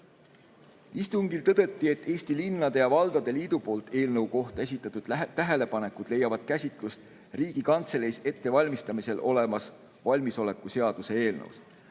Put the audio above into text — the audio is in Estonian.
Istungil tõdeti, et Eesti Linnade ja Valdade Liidu esitatud tähelepanekud eelnõu kohta leiavad käsitlust Riigikantseleis ettevalmistamisel olevas valmisoleku seaduse eelnõus.